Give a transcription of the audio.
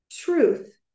truth